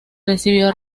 recibió